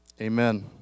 Amen